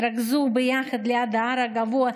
התרכזו ביחד ליד ההר הגבוה,